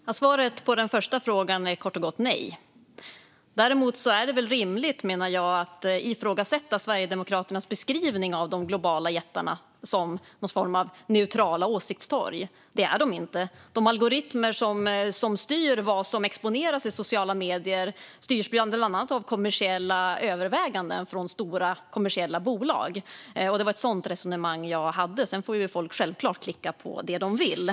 Herr talman! Svaret på den första frågan är kort och gott nej. Däremot är det rimligt, menar jag, att ifrågasätta Sverigedemokraternas beskrivning av de globala jättarna som någon form av neutrala åsiktstorg. Det är de inte. De algoritmer som styr vad som exponeras i sociala medier styrs bland annat av kommersiella överväganden från stora kommersiella bolag. Det var ett sådant resonemang jag hade. Sedan får folk självklart klicka på vad de vill.